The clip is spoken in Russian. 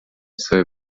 свою